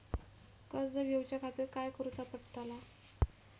कर्ज घेऊच्या खातीर काय करुचा पडतला?